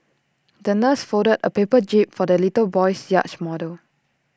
the nurse folded A paper jib for the little boy's yacht model